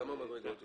כמה מדרגות יש?